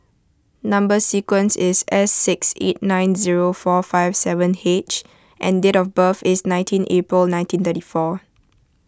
Number Sequence is S six eight nine zero four five seven H and date of birth is nineteen April nineteen thirty four